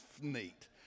neat